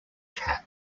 cap